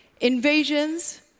invasions